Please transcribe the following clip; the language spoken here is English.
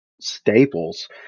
staples